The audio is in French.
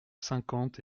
cinquante